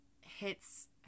hits